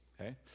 okay